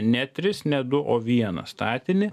ne tris ne du o vieną statinį